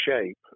shape